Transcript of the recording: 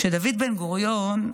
כשדוד בן-גוריון,